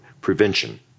prevention